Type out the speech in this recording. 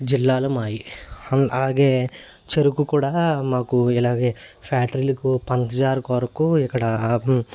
జిల్లాలు మావి అలాగే చెరుకు కూడా మాకు ఇలాగే ఫ్యాక్టరీలకు పంచదార కొరకు ఇక్కడ